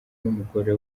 n’umugore